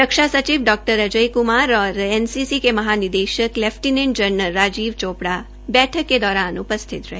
रक्षा सचिव डॉ अजय कुमार और एनसीसी के महानिदेशक लेफ्टिनेंट जनरल राजीव चोपड़ा बैठक के दौरान उपस्थित रहे